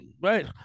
right